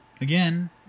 Again